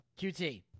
QT